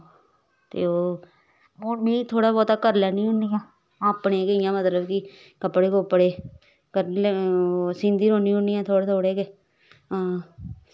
तो ओ हून में थोह्ड़ा बौह्ता करी लैन्नी होन्नी आं अपने गै मतलव कि इयां कपड़े कुपड़े सींदी रौंह्दी होनी थोह्ड़े थोह्ड़े गै हां